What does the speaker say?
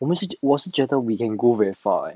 我们是我是觉得 we can go very far eh